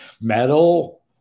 Metal